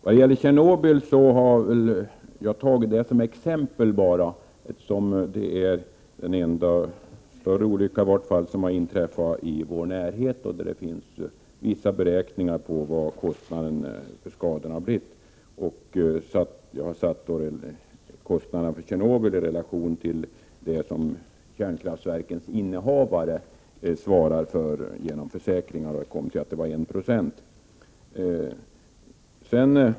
Jag nämnde Tjernobylolyckan därför att det är den enda större olycka som har inträffat i vår närhet. Dessutom finns det vissa beräkningar i det sammanhanget vad gäller kostnaderna. Jag har alltså satt kostnaderna för Tjernobylolyckan i relation till det ansvar som kärnkraftverkens innehavare tar genom försäkringar. Jag kom fram till att det rörde sig om 1 96.